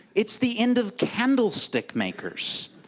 it's the end of candlestick makers.